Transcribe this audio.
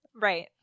Right